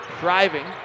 driving